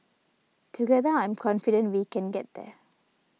together I'm confident we can get there